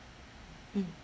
mm